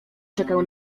czekał